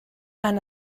han